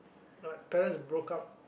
like parents broke up